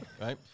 Right